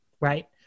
right